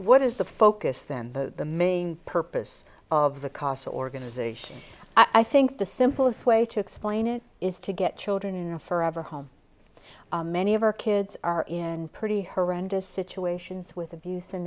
what is the focus then the main purpose of the casa organization i think the simplest way to explain it is to get children in a forever home many of our kids are in pretty horrendous situations with abuse and